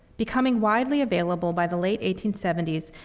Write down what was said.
becoming widely available by the late eighteen seventy s,